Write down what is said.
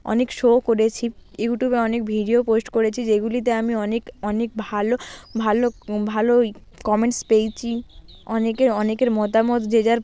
অনেক শো করেছি ইউটিউবে অনেক ভিডিও পোস্ট করেছি যেগুলিতে আমি অনেক অনেক ভালো ভালো ভালোই কমেন্টস পেয়েছি অনেকের অনেকের মতামত যে যার